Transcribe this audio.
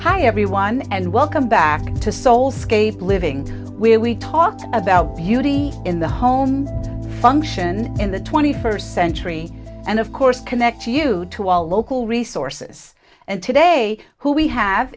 hi everyone and welcome back to sole scaife living where we talked about beauty in the home function in the twenty first century and of course connect you to all local resources and today who we have